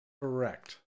Correct